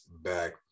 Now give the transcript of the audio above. back